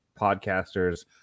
podcasters